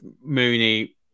Mooney